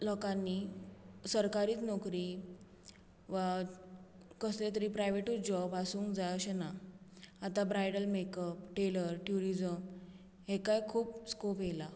लोकांनी सरकारी नोकरी वा कसले तरी प्रायवेटूच जॉब आसूंक जाय अशें ना आतां ब्रायडल मेकअप टेलर ट्यूरीजम हेकाय खूब स्कोप येयला